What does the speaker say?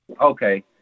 Okay